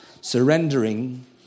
Surrendering